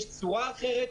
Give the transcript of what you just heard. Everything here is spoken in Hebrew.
יש צורה אחרת,